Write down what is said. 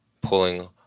pulling